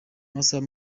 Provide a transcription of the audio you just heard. masaha